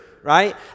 right